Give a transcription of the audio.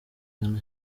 bwana